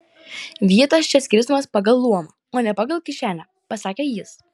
vietos čia skirstomos pagal luomą o ne pagal kišenę pasakė jis